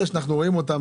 לפנאי.